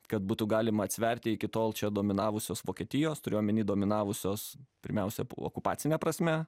kad būtų galima atsverti iki tol čia dominavusios vokietijos turiu omeny dominavusios pirmiausia okupacine prasme